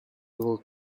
will